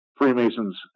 Freemasons